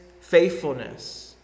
faithfulness